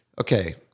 Okay